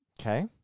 Okay